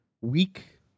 week